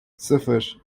sıfır